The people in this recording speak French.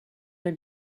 les